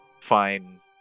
fine